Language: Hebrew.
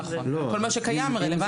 נכון, כל מה שקיים הרלוונטי.